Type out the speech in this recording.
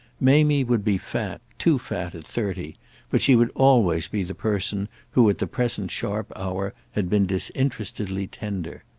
mamie would be fat, too fat, at thirty but she would always be the person who, at the present sharp hour, had been disinterestedly tender.